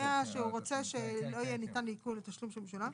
קובע שהוא רוצה שלא יהיה ניתן לעיקול התשלום שמשולם,